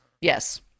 Yes